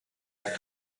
could